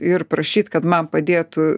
ir prašyt kad man padėtų